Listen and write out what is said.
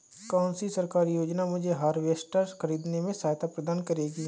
कौन सी सरकारी योजना मुझे हार्वेस्टर ख़रीदने में सहायता प्रदान करेगी?